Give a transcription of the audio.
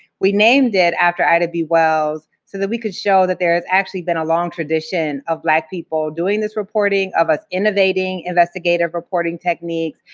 we named it after ida b. wells so that we could show that there has actually been a long tradition of black people doing this reporting, of us innovating investigative-reporting techniques,